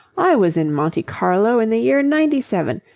i was in monte carlo in the year ninety seven,